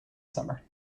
summer